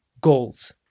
goals